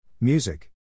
Music